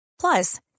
plus